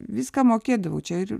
viską mokėdavau čia ir